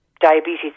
diabetes